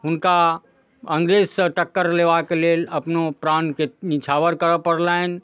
हुनका अङ्गरेजसँ टक्कर लेबाके लेल अपनो प्राणके निछावर करऽ पड़लनि